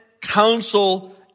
counsel